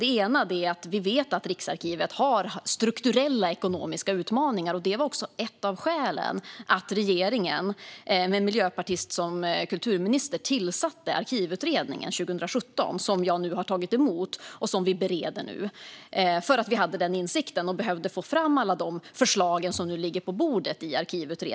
Den ena delen är att vi vet att Riksarkivet har strukturella ekonomiska utmaningar. Det var också ett av skälen till att regeringen med en miljöpartist som kulturminister tillsatte Arkivutredningen 2017 vars betänkande jag har tagit emot och som vi nu bereder. Vi hade den insikten och behövde få fram alla de förslag som nu ligger på bordet.